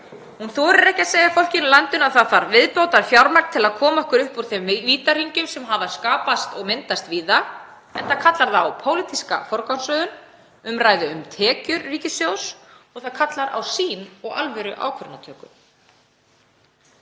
Hún þorir ekki að segja fólkinu í landinu að það þurfi viðbótarfjármagn til að koma okkur út úr þeim vítahring sem hefur skapast víða enda kallar það á pólitíska forgangsröðun, umræðu um tekjur ríkissjóðs og það kallar á sýn og alvöruákvarðanatöku.